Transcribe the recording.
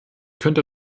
könnte